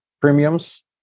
premiums